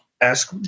Ask